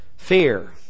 Fear